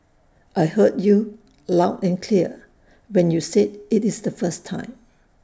I heard you loud and clear when you said IT is the first time